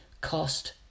cost